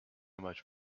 much